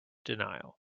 denial